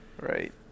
Right